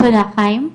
תודה רבה חיים.